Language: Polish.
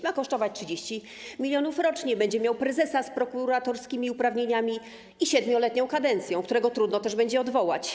Ma kosztować 30 mln rocznie, będzie miał prezesa z prokuratorskimi uprawnieniami i 7-letnią kadencją, którego trudno też będzie odwołać.